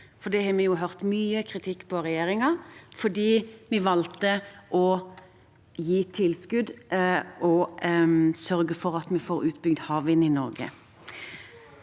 for der har vi hørt mye kritikk av regjeringen fordi vi valgte å gi tilskudd og sørge for at vi får utbygd havvind i Norge.